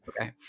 Okay